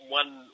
one